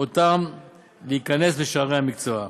אותם להיכנס בשערי המקצוע.